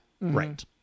right